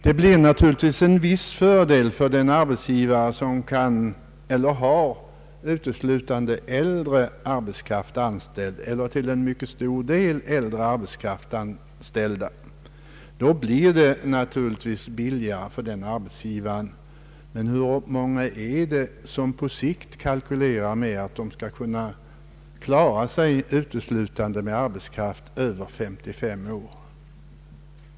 Det blir naturligtvis en viss fördel för den arbetsgivare som uteslutande har äldre arbetskraft anställd eller till mycket stor del har äldre arbetskraft anställd. Då blir det hela naturligtvis billigare för denna arbetsgivare, men hur många arbetsgivare är det som på sikt kalkylerar med att kunna klara sig uteslutande med anställda över 55 år?